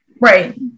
right